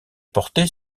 porté